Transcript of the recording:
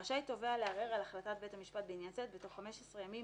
רשאי תובע לערער על החלטת בית המשפט בעניין זה בתוך 15 ימים